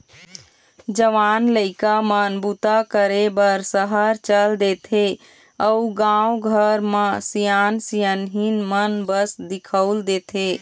जवान लइका मन बूता करे बर सहर चल देथे अउ गाँव घर म सियान सियनहिन मन बस दिखउल देथे